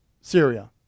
Syria